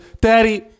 Daddy